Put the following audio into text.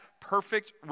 perfect